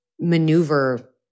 maneuver